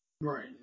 right